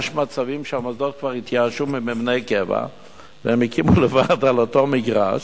יש מצבים שהמוסדות כבר התייאשו ממבני קבע והם הקימו לבד על אותו מגרש,